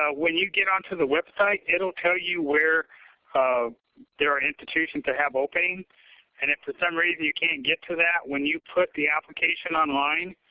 when you get onto the website, it'll tell you where so there are institutions that have openings. and if for some reason you can't get to that when you put the application online,